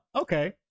Okay